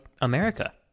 America